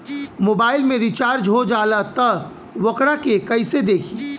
Mobile में recharge हो जाला त वोकरा के कइसे देखी?